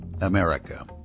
America